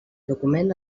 document